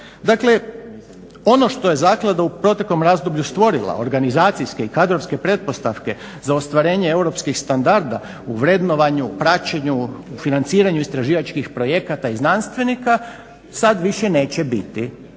Dakle, ono što je zaklada u proteklom razdoblju stvorila organizacijske i kadrovske pretpostavke za ostvarenje europskih standarda u vrednovanju, praćenju, financiranju istraživačkih projekata i znanstvenika sad više neće biti.